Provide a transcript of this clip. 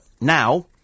now